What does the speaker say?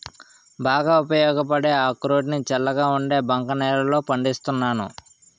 బాగా ఉపయోగపడే అక్రోడ్ ని చల్లగా ఉండే బంక నేలల్లో పండిస్తున్నాను